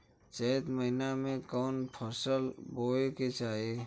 चैत महीना में कवन फशल बोए के चाही?